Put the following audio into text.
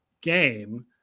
game